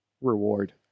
reward